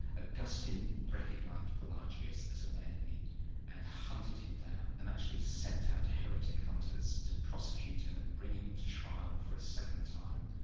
ah augustine recognised pelagius as an enemy and hunted him down and actually sent out heretic hunters to prosecute him and bring him to trial for a second time,